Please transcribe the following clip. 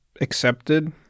accepted